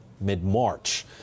mid-March